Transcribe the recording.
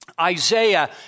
Isaiah